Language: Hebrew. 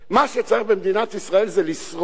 מה שצריך במדינת ישראל זה לשרוד.